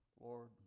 Lord